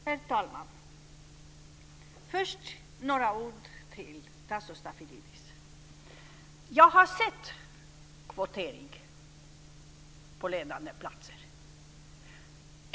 Herr talman! Först vill jag säga några ord till Tasso Stafilidis. Jag har sett kvotering på ledande platser.